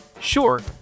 Sure